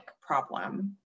problem